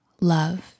love